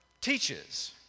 teaches